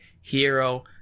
hero